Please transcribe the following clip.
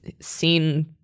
seen